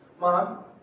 Mom